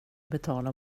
betala